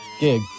gig